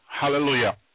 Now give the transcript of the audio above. Hallelujah